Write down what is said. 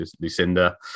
Lucinda